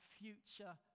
future